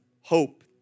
hope